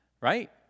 right